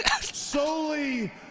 solely